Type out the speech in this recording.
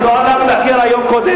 הרעיון לא עלה בדעתי קודם.